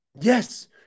Yes